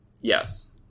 Yes